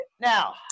Now